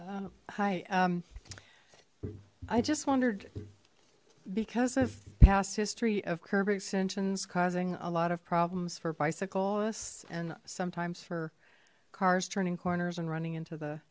hi i just wondered because of past history of curb extensions causing a lot of problems for bicyclists and sometimes for cars turning corners and running into the